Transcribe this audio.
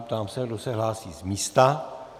Ptám se, kdo se hlásí z místa.